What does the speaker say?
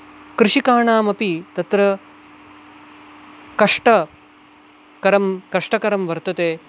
कृषकाणाम् अपि तत्र कष्टकरं कष्टकरं वर्तते